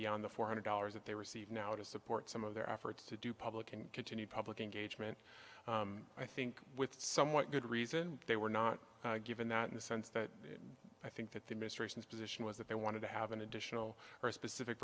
beyond the four hundred dollars that they receive now to support some of their efforts to do public and continue public engagement i think with somewhat good reason they were not given that in the sense that i think that the most recent position was that they wanted to have an additional or specific